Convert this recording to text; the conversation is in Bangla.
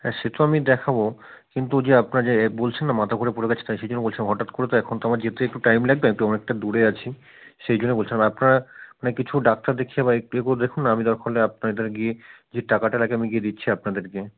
হ্যাঁ সে তো আমি দেখাব কিন্তু যে আপনারা যে বলছেন না মাথা ঘুরে পড়ে গেছে তাই সেই জন্য বলছিলাম হঠাৎ করে তো এখন তো আমার যেতে একটু টাইম লাগবে আমি তো অনেকটা দূরে আছি সেই জন্য বলছিলাম আপনারা মানে কিছু ডাক্তার দেখিয়ে বা একটু ইয়ে করে দেখুন না আমি দরকার হলে আপনাদের গিয়ে যে টাকাটা লাগে আমি গিয়ে দিচ্ছি আপনাদেরকে